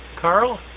Carl